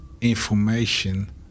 information